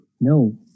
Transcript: No